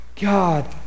God